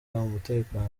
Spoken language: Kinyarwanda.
umutekano